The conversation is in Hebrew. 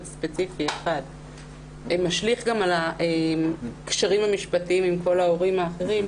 ספציפי אחד משליך גם על הקשרים המשפטיים עם כל הילדים האחרים,